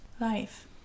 life